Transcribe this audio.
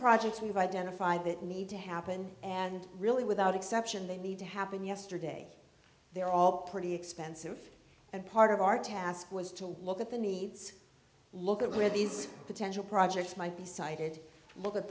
projects we've identified that need to happen and really without exception they need to happen yesterday they were all pretty expensive and part of our task was to look at the needs look at where these potential projects might be sited look at